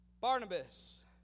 Barnabas